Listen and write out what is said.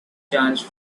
change